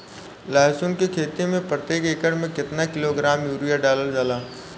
लहसुन के खेती में प्रतेक एकड़ में केतना किलोग्राम यूरिया डालल जाला?